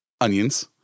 onions